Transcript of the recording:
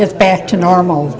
it's back to normal